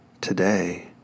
today